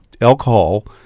alcohol